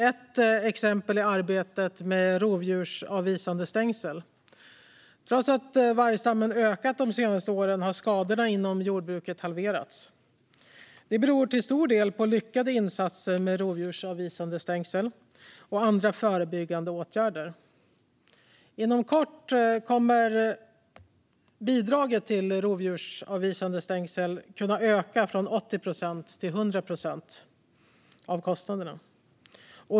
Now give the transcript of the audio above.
Ett exempel är arbetet med rovdjursavvisande stängsel. Trots att vargstammen ökat de senaste åren har skadorna inom jordbruket halverats. Det beror till stor del på lyckade insatser med rovdjursavvisande stängsel och andra förebyggande åtgärder. Inom kort kommer bidraget till rovdjursavvisande stängsel att kunna öka från 80 procent till 100 procent av kostnaderna.